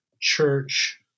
church